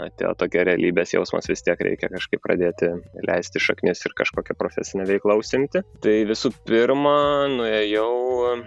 atėjo tokia realybės jausmas vis tiek reikia kažkaip pradėti leisti šaknis ir kažkokia profesine veikla užsiimti tai visų pirma nuėjau